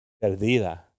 Perdida